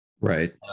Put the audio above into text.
Right